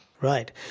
Right